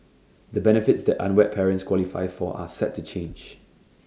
the benefits that unwed parents qualify for are set to change